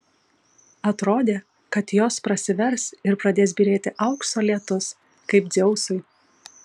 atrodė kad jos prasivers ir pradės byrėti aukso lietus kaip dzeusui